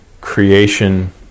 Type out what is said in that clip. creation